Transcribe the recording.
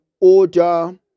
order